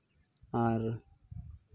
ᱟᱨ